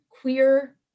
queer